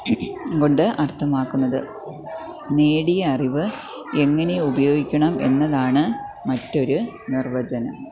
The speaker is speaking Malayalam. കൊണ്ട് അർത്ഥമാക്കുന്നത് നേടിയ അറിവ് എങ്ങനെ ഉപയോഗിക്കണം എന്നതാണ് മറ്റൊരു നിർവ്വചനം